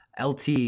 LT